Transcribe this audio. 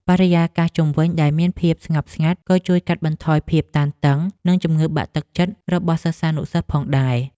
បរិយាកាសជុំវិញដែលមានភាពស្ងប់ស្ងាត់ក៏ជួយកាត់បន្ថយភាពតានតឹងនិងជំងឺបាក់ទឹកចិត្តរបស់សិស្សានុសិស្សផងដែរ។